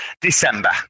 december